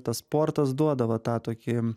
tas sportas duoda va tą tokį